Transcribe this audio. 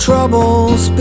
Troubles